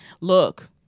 look